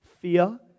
fear